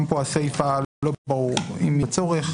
גם פה לא ברור אם יש צורך בסיפא,